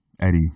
Eddie